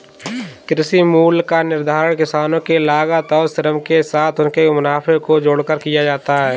कृषि मूल्य का निर्धारण किसानों के लागत और श्रम के साथ उनके मुनाफे को जोड़कर किया जाता है